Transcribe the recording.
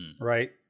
Right